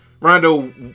Rondo